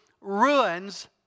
ruins